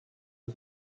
des